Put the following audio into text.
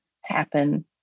happen